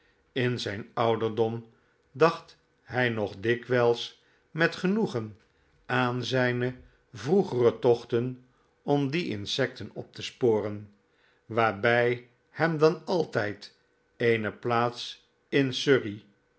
in zijn ouderdom dacht hij nog dikwijls met genoegen aan zijne vroegere tochten om die insecten op te sporen waarbij hem danaltijd eene plaats in